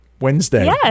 Wednesday